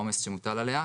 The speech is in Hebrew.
והעומס שמוטל עליה,